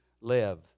live